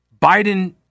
Biden